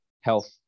health